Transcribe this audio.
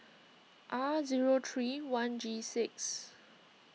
R zero three one G six